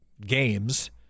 games